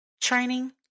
training